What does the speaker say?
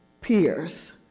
peers